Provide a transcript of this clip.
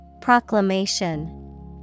Proclamation